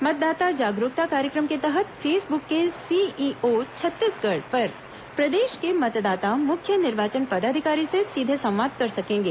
मतदाता जागरूकता कार्यक्रम के तहत फेसबुक के सीईओ छत्तीसगढ़ पर प्रदेश के मतदाता मुख्य निर्वाचन पदाधिकारी से सीधे संवाद कर सकेंगे